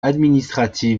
administratif